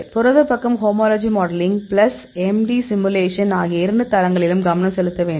புரத பக்கம் homology modelling plus MD simulations ஆகிய இரண்டு தளங்களிலும் கவனம் செலுத்த வேண்டும்